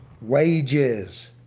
wages